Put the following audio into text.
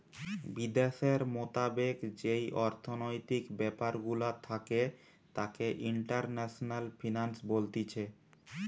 বিদ্যাশের মোতাবেক যেই অর্থনৈতিক ব্যাপার গুলা থাকে তাকে ইন্টারন্যাশনাল ফিন্যান্স বলতিছে